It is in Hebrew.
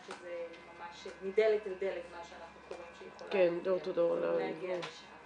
שזה ממש מדלת אל דלת מה שאנחנו קוראים שיכולה --- להגיע לשם.